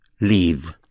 leave